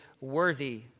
worthy